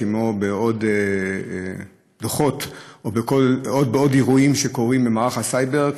כמו עוד דוחות או עוד אירועים שקורים במערך הסייבר.